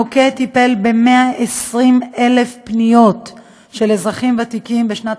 המוקד טיפל ב-120,000 פניות של אזרחים ותיקים בשנת